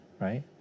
right